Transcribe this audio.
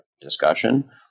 discussion